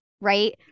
right